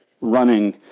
running